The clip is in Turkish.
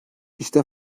i̇şte